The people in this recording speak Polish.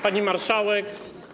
Pani Marszałek!